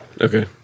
Okay